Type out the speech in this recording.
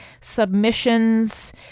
submissions